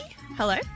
Hello